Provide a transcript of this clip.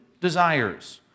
desires